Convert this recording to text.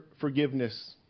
forgiveness